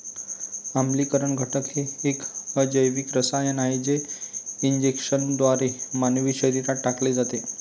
आम्लीकरण घटक हे एक अजैविक रसायन आहे जे इंजेक्शनद्वारे मानवी शरीरात टाकले जाते